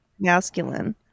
masculine